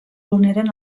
vulneren